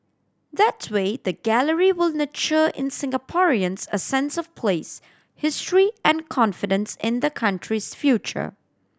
that way the gallery will nurture in Singaporeans a sense of place history and confidence in the country's future